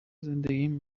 زندگیم